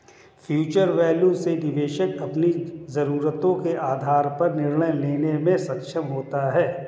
future value से निवेशक अपनी जरूरतों के आधार पर निर्णय लेने में सक्षम होते हैं